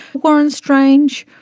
warren strange,